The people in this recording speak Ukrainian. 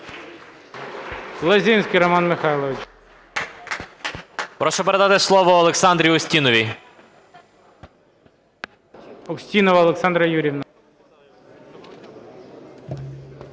Прошу передати слово Олександрі Устіновій.